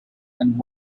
and